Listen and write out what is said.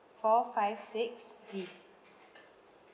four five six Z